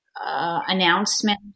announcement